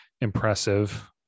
impressive